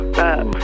up